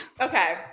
Okay